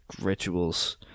rituals